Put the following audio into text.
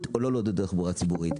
או לא רוצים לעודד תחבורה ציבורית?